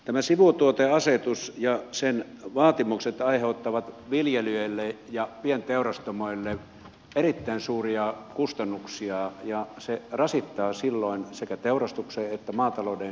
tämä sivutuoteasetus ja sen vaatimukset aiheuttavat viljelijöille ja pienteurastamoille erittäin suuria kustannuksia ja se rasittaa silloin sekä teurastuksen että maatalouden kannattavuutta